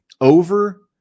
over